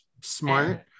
smart